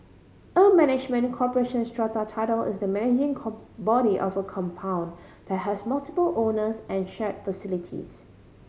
a management corporation strata title is the managing body of a compound that has multiple owners and share facilities